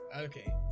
Okay